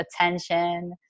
attention